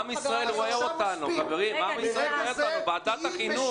עם ישראל רואה אותנו, ועדת החינוך.